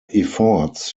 efforts